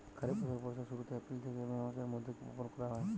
খরিফ ফসল বর্ষার শুরুতে, এপ্রিল থেকে মে মাসের মধ্যে বপন করা হয়